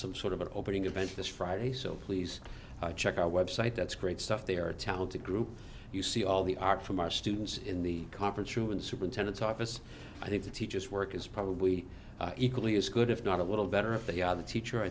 some sort of an opening event this friday so please check our website that's great stuff they are a talented group you see all the art from our students in the conference room in the superintendent's office i think the teachers work is probably equally as good if not a little better if they are the teacher i